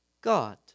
God